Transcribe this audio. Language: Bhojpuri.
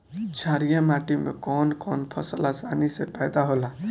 छारिया माटी मे कवन कवन फसल आसानी से पैदा होला?